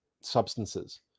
substances